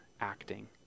acting